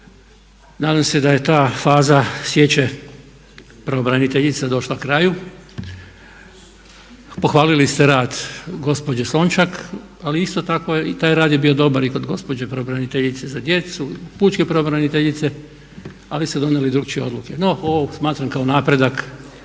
Nadam se da je ta faza sječe pravobraniteljica došla kraju. Pohvalili ste rad gospođe Slonjšak, ali isto tako i taj rad je bio dobar i kod gospođe pravobraniteljice za djecu, pučke pravobraniteljice ali ste donijeli drukčije odluke. No, ovo smatram kao napredak